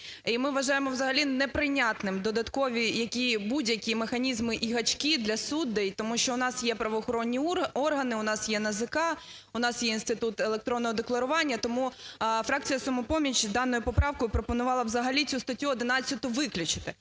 І ми вважаємо взагалі не прийнятним додаткові будь-які механізми і гачки для суддей, тому що в нас є правоохоронні органи, у нас є НАЗК, у нас є Інститут електронного декларування. Тому фракція "Самопоміч" даною поправкою пропонувала взагалі цю статтю 11 виключити.